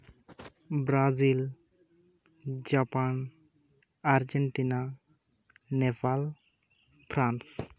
Brazil Japan Argentina Nepal France